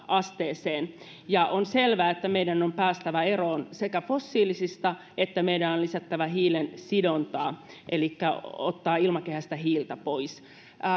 asteeseen on selvää että meidän on sekä päästävä eroon fossiilisista että lisättävä hiilensidontaa elikkä otettava ilmakehästä hiiltä pois